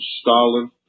Stalin